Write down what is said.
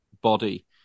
body